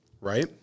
Right